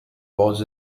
was